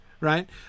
right